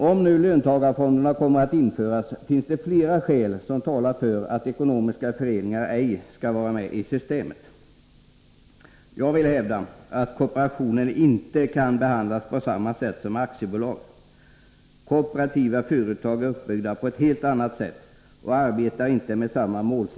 Om nu löntagarfonder kommer att införas, finns det flera skäl som talar för att ekonomiska föreningar ej skulle vara med i systemet.